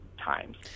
times